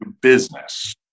business